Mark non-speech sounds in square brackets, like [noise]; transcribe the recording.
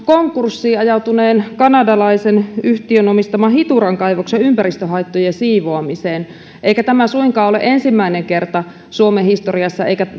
konkurssiin ajautuneen kanadalaisen yhtiön omistaman hituran kaivoksen ympäristöhaittojen siivoamiseen eikä tämä suinkaan ole ensimmäinen kerta suomen historiassa eikä [unintelligible]